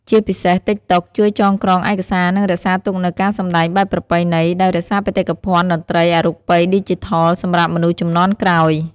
ជាពិសេស តិកតុក ជួយចងក្រងឯកសារ និងរក្សាទុកនូវការសម្តែងបែបប្រពៃណី ដោយរក្សាបេតិកភណ្ឌតន្ត្រីអរូបីជាឌីជីថលសម្រាប់មនុស្សជំនាន់ក្រោយ។